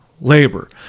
labor